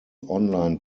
online